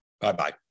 Bye-bye